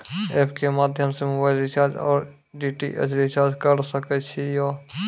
App के माध्यम से मोबाइल रिचार्ज ओर डी.टी.एच रिचार्ज करऽ सके छी यो?